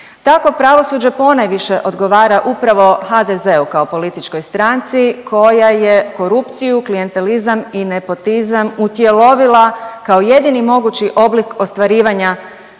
Takvo pravosuđe ponajviše odgovara upravo HDZ-u kao političkoj stranici koja je korupciju, klijentelizam i nepotizam utjelovila kao jedini mogući oblik ostvarivanja